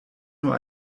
nur